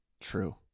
True